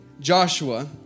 Joshua